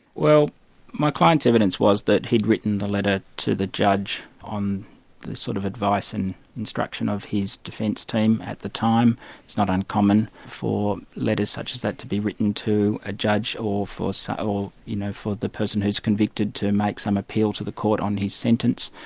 well my client's evidence was that he'd written the letter to the judge on the sort of advice and instruction of his defence team at the time it's not uncommon for letters such as that to be written to a judge, or for so you know for the person who's convicted to make some appeal to the court on his sentence.